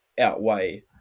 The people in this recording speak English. outweigh